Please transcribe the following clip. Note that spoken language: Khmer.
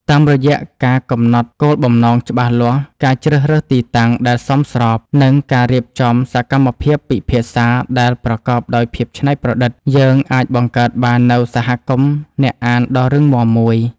តាមរយៈការកំណត់គោលបំណងច្បាស់លាស់ ការជ្រើសរើសទីតាំងដែលសមស្រប និងការរៀបចំសកម្មភាពពិភាក្សាដែលប្រកបដោយភាពច្នៃប្រឌិត យើងអាចបង្កើតបាននូវសហគមន៍អ្នកអានដ៏រឹងមាំមួយ។